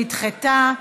נדחתה.